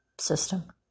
system